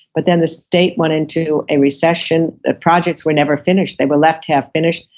but then the state went into a recession, the projects were never finished they were left half finished.